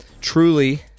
Truly